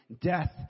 death